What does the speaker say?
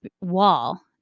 wall